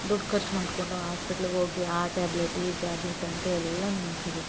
ದುಡ್ಡು ಖರ್ಚು ಮಾಡಿಕೊಂಡು ಆಸ್ಪೆಟ್ಲ್ಗೆ ಹೋಗಿ ಆ ಟ್ಯಾಬ್ಲೆಟ್ ಈ ಟ್ಯಾಬ್ಲೆಟ್ ಅಂತೆ ಎಲ್ಲ ನುಂಗ್ತೀವಿ